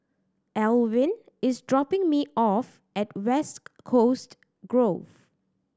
Elwin is dropping me off at West Coast Grove